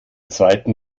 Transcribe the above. zweiten